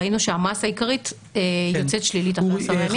ראינו שהמסה העיקרית יוצאת שלילית אחרי עשרה ימים.